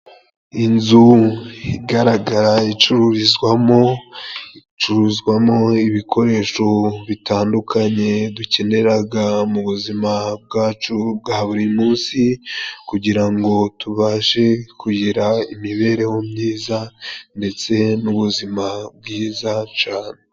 Inzu igaragara icururizwamo, icururizwamo ibikoresho bitandukanye dukeneraga mu buzima bwacu bwa buri munsi kugira ngo tubashe kugira imibereho myiza ndetse n'ubuzima bwiza cane.